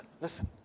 Listen